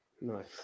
nice